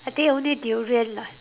I think only durian lah